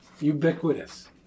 Ubiquitous